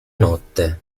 notte